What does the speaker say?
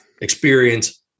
experience